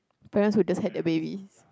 parents who just had their babies